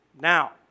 now